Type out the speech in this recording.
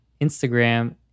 Instagram